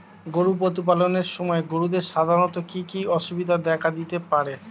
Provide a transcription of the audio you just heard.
গরু প্রতিপালনের সময় গরুদের সাধারণত কি কি অসুবিধা দেখা দিতে পারে?